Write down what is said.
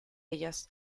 ellas